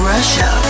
Russia